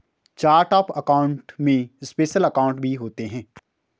chart of account में special account भी होते हैं